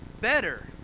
better